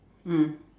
mm